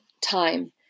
time